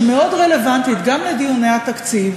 שמאוד רלוונטית גם לדיוני התקציב,